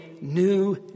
new